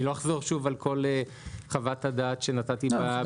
אני לא אחזור שוב על כל חוות הדעת שנתתי בפעם הקודמת.